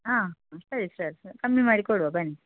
ಹಾಂ ಸರಿ ಸರ್ ಕಮ್ಮಿ ಮಾಡಿ ಕೊಡುವ ಬನ್ನಿ